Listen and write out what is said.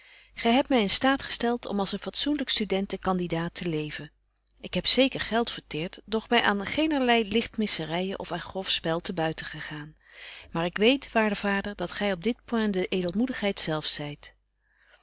gy hebt my in staat gestelt om als een fatsoenlyk student en candidaat te leven ik heb zeker geld verteert doch my aan geenerleie lichtmisseryen of aan grof spel te buiten gegaan maar ik weet waarde vader dat gy op dit point de edelmoedigheid zelf zyt